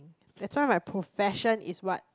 that's why my profession is what